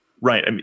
Right